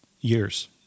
years